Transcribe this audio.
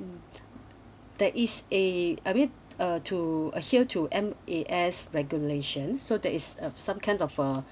mmhmm that is a I mean uh to adhere to M_A_S regulations so that is uh some kind of uh